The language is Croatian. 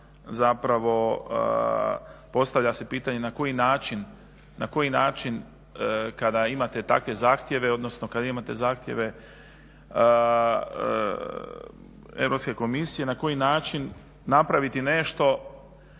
zapravo postavlja se pitanje na koji način kada imate takve zahtjeve odnosno kada imate zahtjeve Europske komisije na koji način napraviti nešto,